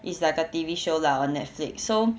it's like a T_V show lah on netflix so